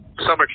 summer